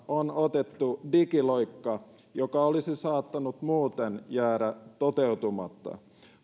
on otettu digiloikka joka olisi saattanut muuten jäädä toteutumatta